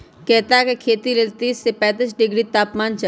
कैता के खेती लेल तीस से पैतिस डिग्री तापमान चाहि